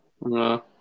No